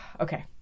okay